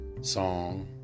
song